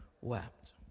wept